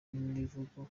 n’imivugo